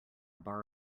bar